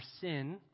sin